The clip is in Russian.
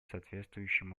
соответствующим